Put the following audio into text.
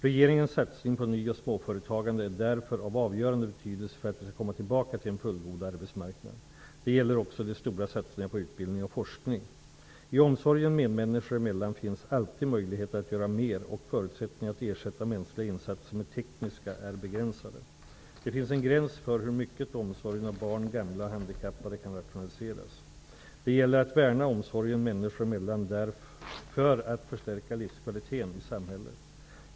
Regeringens satsning på ny och småföretagandet är därför av avgörande betydelse för att vi skall komma tillbaka till en fullgod arbetsmarknad. Det gäller också de stora satsningarna på utbildning och forskning. I omsorgen medmänniskor emellan finns alltid möjligheter att göra mer, och förutsättningarna att ersätta mänskliga insatser med tekniska är begränsade. Det finns en gräns för hur mycket omsorgen av barn, gamla och handikappade kan rationaliseras. Det gäller att värna omsorgen människor emellan för att förstärka livskvaliteten i samhället.